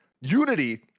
Unity